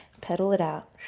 pedal it out.